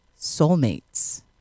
soulmates